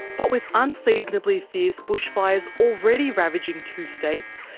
but with unseasonably fierce bushfires already ravaging two states,